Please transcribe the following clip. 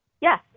yes